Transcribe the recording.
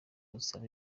usaba